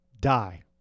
die